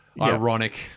ironic